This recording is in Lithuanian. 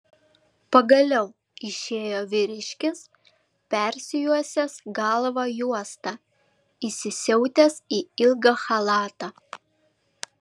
pagaliau išėjo vyriškis persijuosęs galvą juosta įsisiautęs į ilgą chalatą